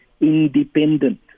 independent